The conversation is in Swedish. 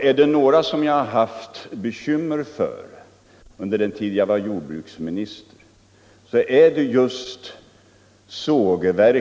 Är det några som jag haft bekymmer för under den tid jag var jordbruksminister så är det just sågverken.